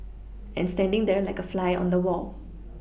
and standing there like a fly on the Wall